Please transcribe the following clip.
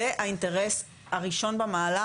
זה האינטרס הראשון במעלה,